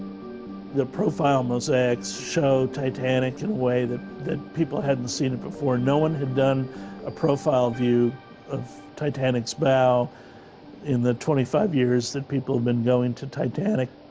the profile mosaics show titanic in way that people hadn't seen it before, no one had done a profile view of titanic's bow in the twenty five years that people been going to titanic.